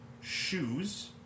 shoes